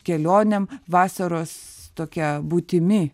kelionėm vasaros tokia būtimi